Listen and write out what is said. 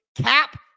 cap